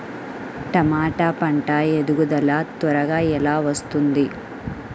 టమాట పంట ఎదుగుదల త్వరగా ఎలా వస్తుంది?